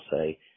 say